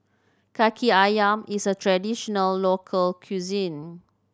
Kaki Ayam is a traditional local cuisine